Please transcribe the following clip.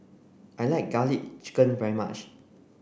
I like Garlic Chicken very much